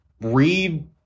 read